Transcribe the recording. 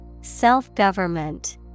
Self-government